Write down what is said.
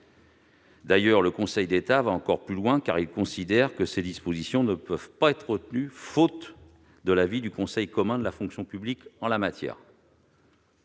D'ailleurs, le Conseil d'État va encore plus loin, car il considère que ces dispositions ne peuvent pas être retenues faute de l'avis du Conseil commun de la fonction publique. Sur